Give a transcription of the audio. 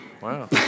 Wow